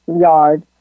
yard